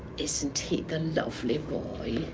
isn't he the lovely boy.